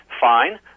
fine